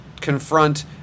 confront